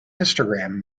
histogram